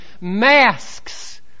masks